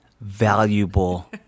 valuable